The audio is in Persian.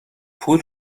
پول